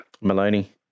Maloney